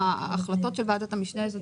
שההחלטות של ועדת המשנה יהיו